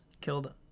Killed